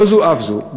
לא זו אף זו,